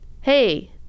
hey